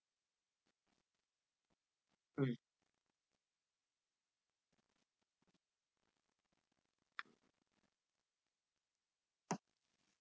really